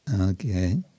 Okay